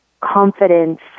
confidence